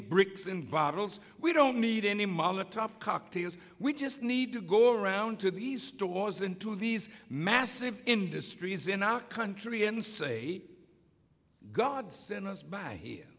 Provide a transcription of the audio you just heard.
bricks and bottles we don't need any mama tough cocktails we just need to go around to these stores and to these massive industries in our country and say god send us back here